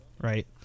right